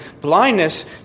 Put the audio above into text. blindness